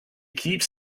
keeps